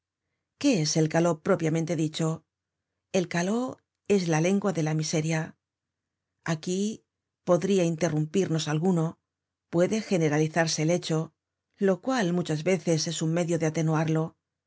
qué es el caló propiamente dicho el caló es la lengua de la miseria content from google book search generated at aquí podria interrumpirnos alguno puede generalizarse el hecho lo cual muchas veces es un medio de atenuarlo